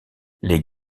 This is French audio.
les